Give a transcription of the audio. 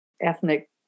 ethnic